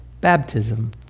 baptism